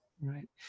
Right